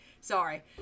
Sorry